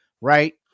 right